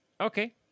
Okay